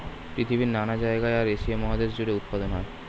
পৃথিবীর নানা জায়গায় আর এশিয়া মহাদেশ জুড়ে উৎপাদন হয়